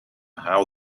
how